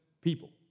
people